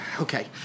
okay